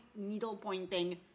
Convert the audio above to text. needlepointing